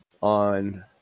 On